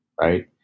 Right